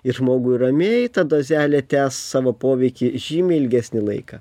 ir žmogui ramiai ta dozelė tęs savo poveikį žymiai ilgesnį laiką